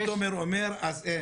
אם תומר אומר אז אין.